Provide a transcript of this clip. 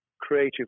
creative